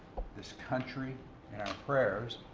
this country in our prayers.